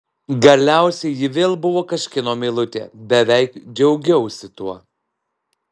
galiausiai ji vėl buvo kažkieno meilutė beveik džiaugiausi tuo